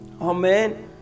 Amen